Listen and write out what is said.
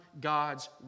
God's